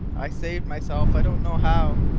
i saved myself i don't know how,